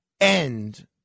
end